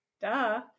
Duh